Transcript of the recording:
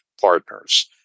partners